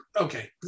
Okay